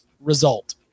result